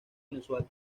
inusual